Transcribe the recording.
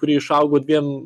kuri išaugo dviem